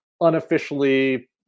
unofficially